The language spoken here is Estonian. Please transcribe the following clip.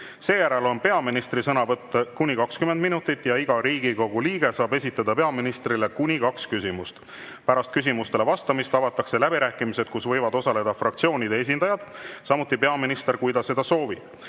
seejärel on peaministri sõnavõtt kuni 20 minutit. Iga Riigikogu liige saab esitada peaministrile kuni kaks küsimust. Pärast küsimustele vastamist avatakse läbirääkimised, kus võivad osaleda fraktsioonide esindajad, samuti peaminister, kui ta seda soovib.